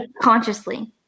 consciously